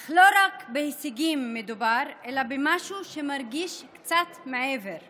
אך לא מדובר רק בהישגים אלא במשהו שמרגיש קצת מעבר לכך.